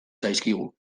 zaizkigu